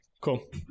Cool